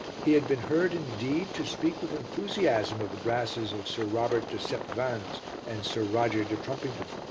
he had been heard indeed to speak with enthusiasm of the brasses of sir robert de septvans and sir roger de trumpington.